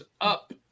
up